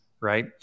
Right